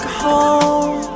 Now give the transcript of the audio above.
home